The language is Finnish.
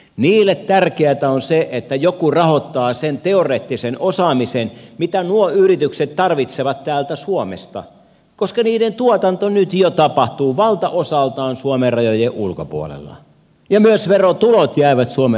niille tärkeätä on se että joku rahoittaa sen teoreettisen osaamisen mitä nuo yritykset tarvitsevat täältä suomesta koska niiden tuotanto nyt jo tapahtuu valtaosaltaan suomen rajojen ulkopuolella ja myös verotulot jäävät suomen rajojen ulkopuolelle